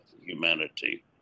humanity